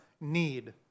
need